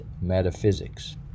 metaphysics